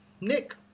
Nick